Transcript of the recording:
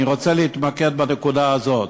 אני רוצה להתמקד בנקודה הזאת.